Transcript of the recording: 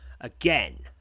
again